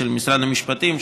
של משרד המשפטים,